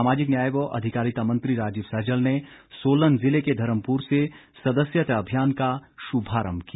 सामाजिक न्याय व अधिकारिता मंत्री राजीव सहजल ने सोलन जिले के धर्मपुर से सदस्यता अभियान का शुभारंभ किया